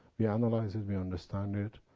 we analyze it, we understand it.